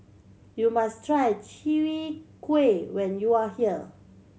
you must try Chwee Kueh when you are here